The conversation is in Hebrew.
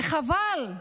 וחבל,